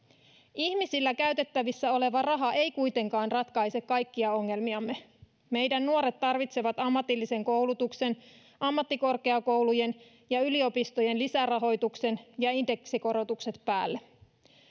ihmisillä käytettävissä oleva raha ei kuitenkaan ratkaise kaikkia ongelmiamme meidän nuoret tarvitsevat ammatillisen koulutuksen ammattikorkeakoulujen ja yliopistojen lisärahoituksen ja indeksikorotukset päälle